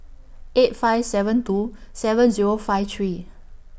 eight five seven two seven Zero five three